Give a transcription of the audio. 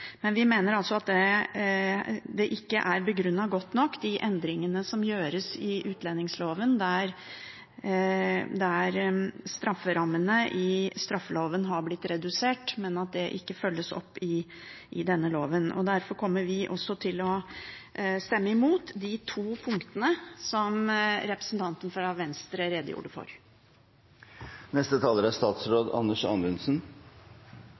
Vi mener at de endringene som gjøres i utlendingsloven, ikke er begrunnet godt nok der strafferammene i straffeloven har blitt redusert, og at det ikke følges opp i denne loven. Derfor kommer vi også til å stemme imot de to punktene som representanten fra Venstre redegjorde for.